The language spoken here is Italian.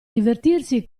divertirsi